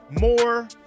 more